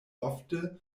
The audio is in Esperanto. ofte